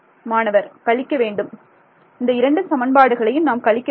மாணவர் கழிக்க வேண்டும் இந்த இரண்டு சமன்பாடுகளையும் நாம் கழிக்க வேண்டும்